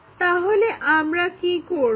তাহলে আমরা কি করবো